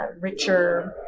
richer